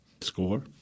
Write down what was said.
Score